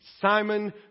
Simon